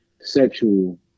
sexual